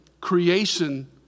creation